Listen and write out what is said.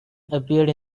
appeared